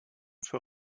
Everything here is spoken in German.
für